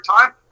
time